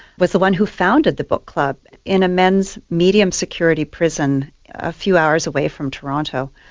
was the one who founded the book club in a men's medium security prison a few hours away from toronto.